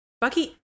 Bucky